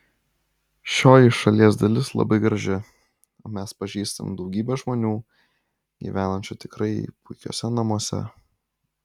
šioji šalies dalis labai graži o mes pažįstam daugybę žmonių gyvenančių tikrai puikiuose namuose